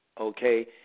okay